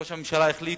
ראש הממשלה החליט